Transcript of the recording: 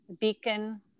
beacon